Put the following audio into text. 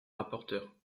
rapporteure